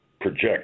project